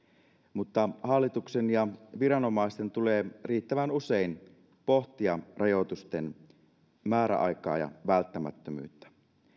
mutta hallituksen ja viranomaisten tulee riittävän usein pohtia rajoitusten määräaikaa ja välttämättömyyttä